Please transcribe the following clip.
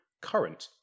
current